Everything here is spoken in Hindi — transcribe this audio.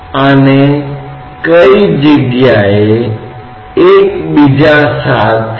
तो उस स्थिति में PB दबाव P वायुमंडल के सापेक्ष है